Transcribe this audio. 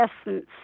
essence